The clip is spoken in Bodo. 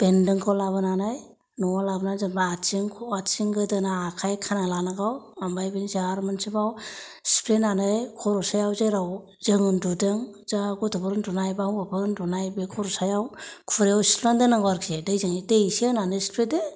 बेनदोंखौै लाबोनानै न'आव लाबोनानै जेनेबा आथिं आथिं गोदोना आखाय खाना लानांगौ ओमफ्राय बेनि सायाव मोनसेबाव सिफ्लेनानै खर'सायाव जेराव जों उन्दुदों जा गथ'फोर उनदुनाय बा हौवाफोर उनदुनाय बे खर'सायाव खुरैयाव सिफ्लेना दोननांगौ आरोखि दै एसे होनानै सिफ्लेदो